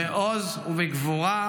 בעוז ובגבורה,